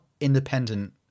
independent